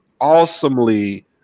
awesomely